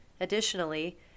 Additionally